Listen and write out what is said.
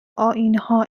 آئینها